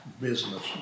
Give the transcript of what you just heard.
business